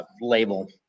label